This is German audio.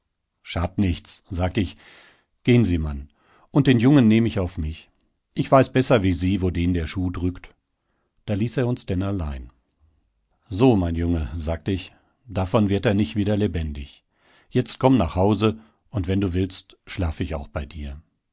schadt nichts sag ich gehn sie man und den jungen nehm ich auf mich ich weiß besser wie sie wo den der schuh drückt da ließ er uns denn allein so mein junge sagt ich davon wird er nich wieder lebendig jetzt komm nach hause und wenn du willst schlaf ich auch bei dir